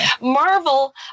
Marvel